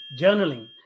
journaling